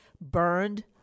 burned